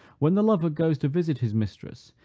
when the lover goes to visit his mistress,